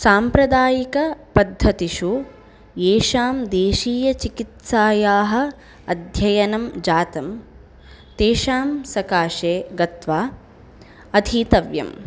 साम्प्रदायिकपद्धतिषु येषां देशीयचिकित्सायाः अध्ययनं जातं तेषां सकाशे गत्वा अधीतव्यम्